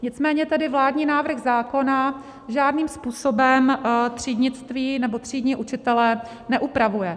Nicméně tedy vládní návrh zákona žádným způsobem třídnictví nebo třídní učitele neupravuje.